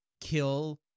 kill